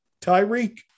Tyreek